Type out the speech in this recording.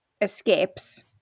escapes